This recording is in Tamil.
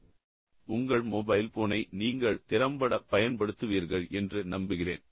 இந்த வீடியோவைப் பார்த்ததற்கு நன்றி உங்கள் மொபைல் போனை நீங்கள் திறம்பட பயன்படுத்துவீர்கள் என்று நம்புகிறேன்